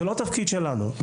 זה לא התפקיד שלנו.